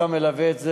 אתה מלווה את זה.